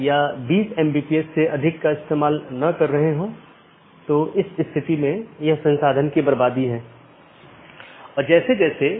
OSPF और RIP का उपयोग AS के माध्यम से सूचना ले जाने के लिए किया जाता है अन्यथा पैकेट को कैसे अग्रेषित किया जाएगा